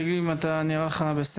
תגיד לי אם נראה לך בסדר,